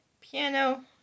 piano